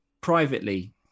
privately